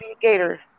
gator